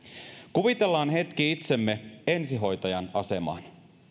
kuvitellaan hetki itsemme ensihoitajan asemaan